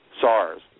SARS